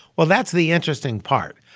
well, that's the interesting part.